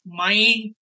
mind